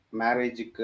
marriage